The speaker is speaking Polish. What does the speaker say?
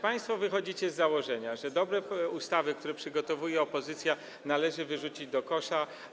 Państwo wychodzicie z założenia, że dobre ustawy, które przygotowuje opozycja, należy wyrzucić do kosza.